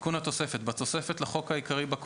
תיקון התוספת 8. בתוספת לחוק העיקרי, בכותרת,